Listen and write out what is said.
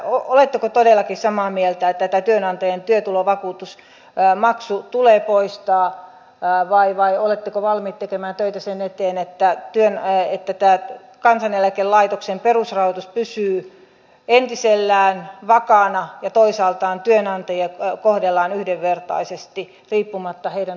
oletteko todellakin samaa mieltä että tämä työnantajien työtulovakuutusmaksu tulee poistaa vai oletteko valmiit tekemään töitä sen eteen että tämä kansaneläkelaitoksen perusrahoitus pysyy entisellään vakaana ja toisaalta työnantajia kohdellaan yhdenvertaisesti riippumatta heidän taustastaan